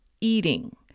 eating